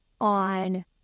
on